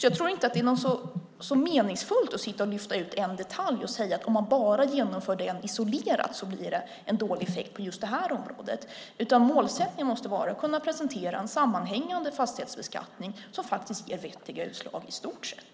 Jag tror inte att det är så meningsfullt att lyfta ut en detalj och säga att om man bara genomför den isolerat så blir det en dålig effekt på just det här området. Målsättningen måste vara att kunna presentera en sammanhängande fastighetsbeskattning som faktiskt ger vettiga utslag i stort sett.